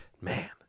Man